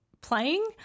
playing